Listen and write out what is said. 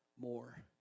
more